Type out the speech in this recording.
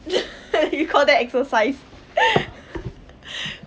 you call that exercise